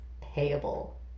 payable